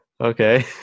okay